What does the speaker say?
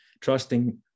trusting